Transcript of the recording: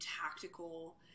tactical